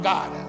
God